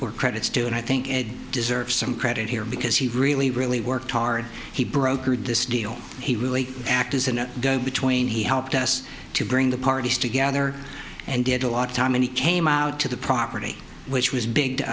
where credit's due and i think ed deserves some credit here because he really really worked hard he brokered this deal he really act is in between he helped us to bring the parties together and did a lot of time when he came out to the property which was big to